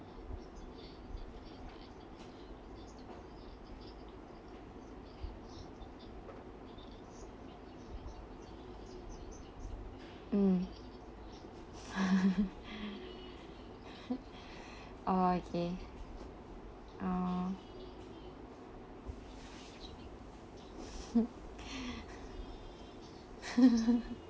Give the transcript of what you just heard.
mm oh okay oh